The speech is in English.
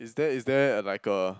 is there is there uh like a